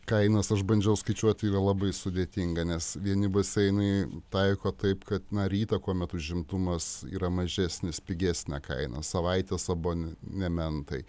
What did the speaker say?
kainas aš bandžiau skaičiuoti yra labai sudėtinga nes vieni baseinai taiko taip kad na rytą kuomet užimtumas yra mažesnis pigesnė kaina savaitės abonementai